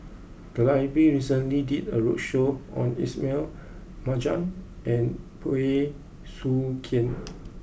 the library recently did a roadshow on Ismail Marjan and Bey Soo Khiang